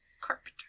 Carpenter